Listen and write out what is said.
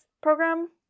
program